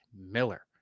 Miller